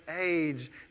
age